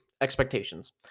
expectations